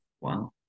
Wow